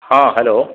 हँ हेलो